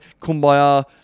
kumbaya